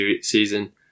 season